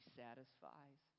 satisfies